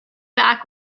back